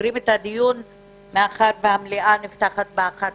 סוגרים את הדיון כי המליאה נפתחת ב-11:00.